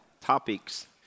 Topics